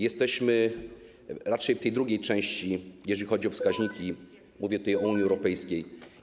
Jesteśmy raczej w tej drugiej części, jeżeli chodzi o wskaźniki - mówię o Unii Europejskiej.